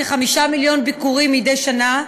כ-5 מיליון ביקורים מדי שנה,